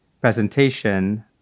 presentation